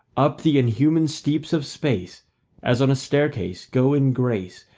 up the inhuman steeps of space as on a staircase go in grace,